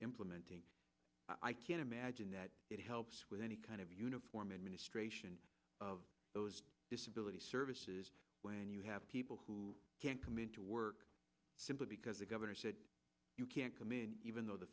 implementing i can't imagine that it helps with any kind of uniform administration of those disability services when you have people who to work simply because the governor said you can't come in even though the